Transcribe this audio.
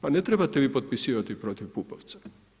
Pa ne trebate vi potpisivati protiv Pupovca.